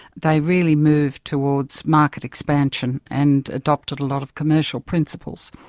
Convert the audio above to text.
they really moved towards market expansion, and adopted a lot of commercial principles.